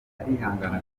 arihangana